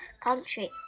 country